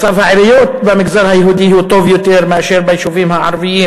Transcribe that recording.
מצב העיריות במגזר היהודי הוא טוב יותר מאשר ביישובים הערביים,